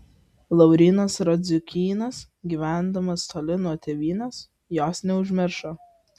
laurynas radziukynas gyvendamas toli nuo tėvynės jos neužmiršo